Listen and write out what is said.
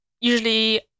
usually